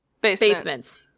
basements